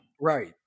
Right